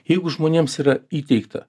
jeigu žmonėms yra įteigta